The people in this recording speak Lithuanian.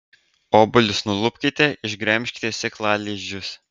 obuolius nulupkite išgremžkite sėklalizdžius